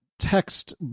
text